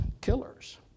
killers